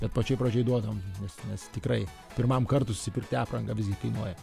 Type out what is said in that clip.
bet pačioj pradžioj duodam nes nes tikrai pirmam kartui susipirkti aprangą visgi kainuoja